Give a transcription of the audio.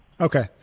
Okay